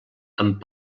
amb